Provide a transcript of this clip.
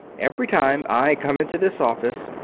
every time i come into this office,